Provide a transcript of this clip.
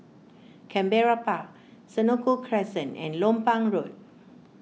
Canberra Park Senoko Crescent and Lompang Road